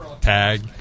Tag